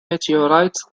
meteorites